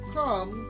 come